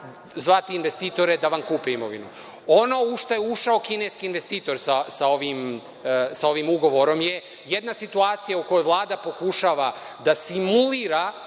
zvati investitore da vam kupe imovinu. Ono u šta je ušao kineski investitor sa ovim ugovorom je jedna situacija u kojoj Vlada pokušava da simulira